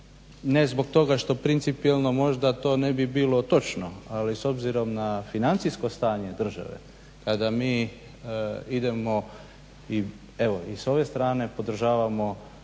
ne zbog toga što principijelno možda to ne bi bilo točno, ali s obzirom na financijsko stanje države kada mi idemo evo i s ove strane podržavamo